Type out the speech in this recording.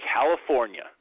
California